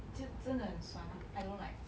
这真的很酸